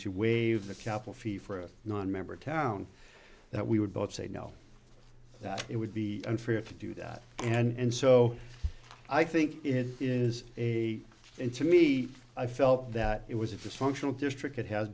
to waive the capital fee for a nonmember town that we would both say no that it would be unfair to do that and so i think it is a and to me i felt that it was a dysfunctional district that has